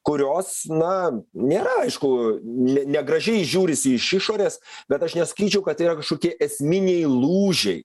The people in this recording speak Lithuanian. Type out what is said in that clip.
kurios na nėra aišku ne negražiai žiūrisi iš išorės bet aš nesakyčiau kad tai yra kažkokie esminiai lūžiai